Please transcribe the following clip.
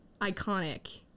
iconic